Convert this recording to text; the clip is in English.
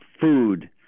food